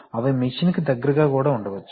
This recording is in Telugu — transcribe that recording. అవి మెషిన్ కి దగ్గరగా కూడా కావచ్చు